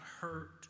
hurt